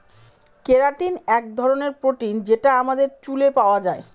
keratin এক ধরনের protein যেটা আমাদের চুলে পাওয়া যায়